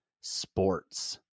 sports